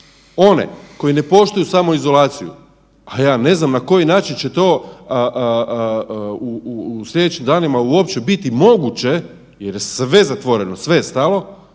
one koji ne poštuju samoizolaciju pa ja ne znam na koji način će to u slijedećim danima uopće biti moguće jer je sve zatvoreno, sve je stalo,